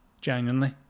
genuinely